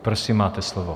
Prosím, máte slovo.